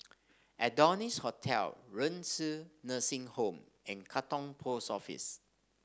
Adonis Hotel Renci Nursing Home and Katong Post Office